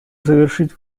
завершить